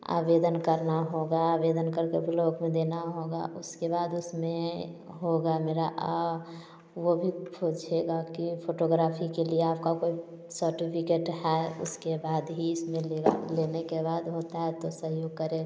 आवेदन करना होगा आवनेदन करके ब्लॉक में देना होगा उसके बाद उसमें होगा मेरा वो भी पूछेगा कि फोटोग्राफी के लिए आपका कोई सर्टिफिकेट है उसके बाद हीस मिलेगा लेने के बाद होता है तो सहयोग करे